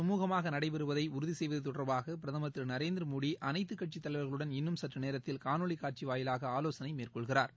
சுமூகமாகநடைபெறுவதைஉறுதிசெய்வதுதொடர்பாகபிரதமர் திருநரேந்திரமோடிஅனைத்துக்கட்சித் தலைவர்களுடன் இன்னும் சற்றுநேரத்தில் காணொலிகாட்சிவாயிலாக ஆலோசனைமேற்கொள்கிறாா்